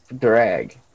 drag